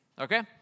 okay